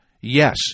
Yes